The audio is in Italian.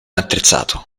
attrezzato